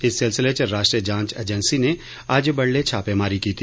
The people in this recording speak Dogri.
इस सिलसिले च राष्ट्रीय जांच एजेंसी नै अज्ज बड्डलै छापेमारी कीती